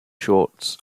shorts